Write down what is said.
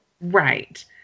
right